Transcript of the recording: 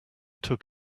took